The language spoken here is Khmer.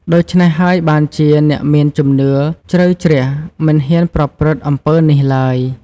ដូច្នេះហើយបានជាអ្នកមានជំនឿជ្រៅជ្រះមិនហ៊ានប្រព្រឹត្តអំពើនេះឡើយ។